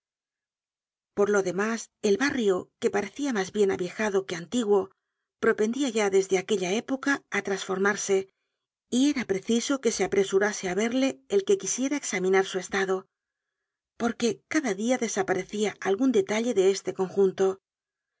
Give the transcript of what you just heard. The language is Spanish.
por lo demás el barrio que parecia mas bien aviejado que antiguo propendia ya desde aquella época á trasformarse y era preciso que se apresurase á verle el que quisiera examinar su estado porque cada dia desaparecia algun detalle de este conjunto